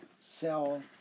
sell